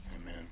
Amen